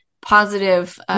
positive